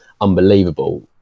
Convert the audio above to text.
unbelievable